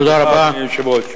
תודה, אדוני היושב-ראש.